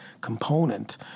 component